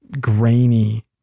grainy